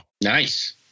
Nice